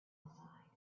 inside